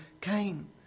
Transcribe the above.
came